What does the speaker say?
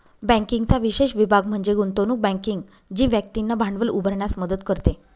बँकिंगचा विशेष विभाग म्हणजे गुंतवणूक बँकिंग जी व्यक्तींना भांडवल उभारण्यास मदत करते